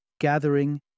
gathering